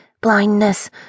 blindness